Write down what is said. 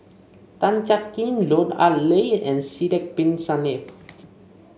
Tan Jiak Kim Lut Ali and Sidek Bin Saniff